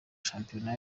shampiyona